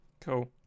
Cool